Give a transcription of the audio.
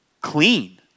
clean